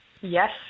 Yes